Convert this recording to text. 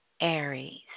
Aries